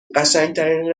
قشنگترین